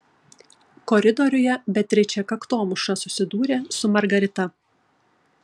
koridoriuje beatričė kaktomuša susidūrė su margarita